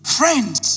friends